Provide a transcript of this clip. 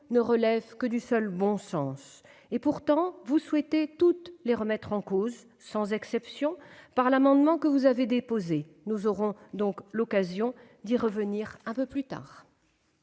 ne relèvent que du seul bon sens. Pourtant, vous souhaitez toutes les remettre en cause, sans exception, par un amendement que vous avez déposé. Nous aurons l'occasion d'y revenir un peu plus tard.